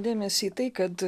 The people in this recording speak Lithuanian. dėmesį į tai kad